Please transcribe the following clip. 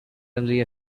only